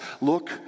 Look